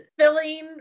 filling